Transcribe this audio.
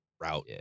route